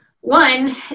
one